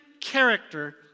character